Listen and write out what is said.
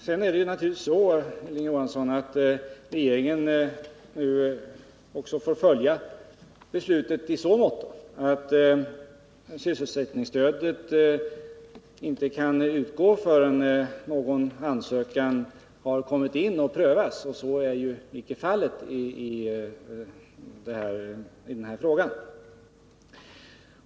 Sedan är det naturligtvis så, Hilding Johansson, att regeringen också får följa beslutet i så måtto att sysselsättningsstödet inte kan utgå förrän ansökan har kommit in och prövats, och så har inte skett i det här fallet.